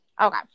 okay